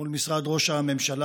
מול משרד ראש הממשלה.